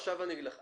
עכשיו אני אגיד לך.